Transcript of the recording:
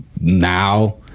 now